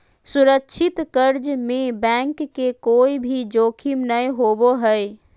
सुरक्षित कर्ज में बैंक के कोय भी जोखिम नय होबो हय